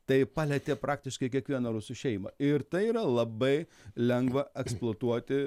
tai palietė praktiškai kiekvieną rusų šeimą ir tai yra labai lengva eksploatuoti